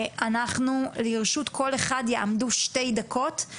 לרשות כל אחד יעמדו שתי דקות,